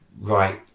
Right